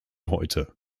heute